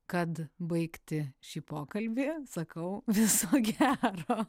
kad baigti šį pokalbį sakau viso gero